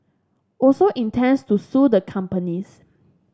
also intends to sue the companies